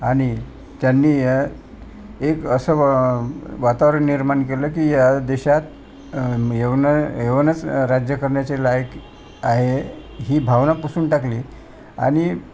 आणि त्यांनी एक असं वा वातावरण निर्माण केलं की या देशात यवनं यवनंच राज्य करण्याचे लायक आहे ही भावना पुसून टाकली आणि